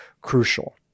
crucial